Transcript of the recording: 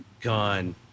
Gone